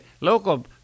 local